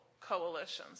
coalitions